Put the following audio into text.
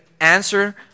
answer